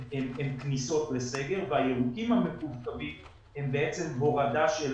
הם כניסות לסגר והירוקים המקווקווים הם בעצם הורדה של